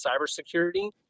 cybersecurity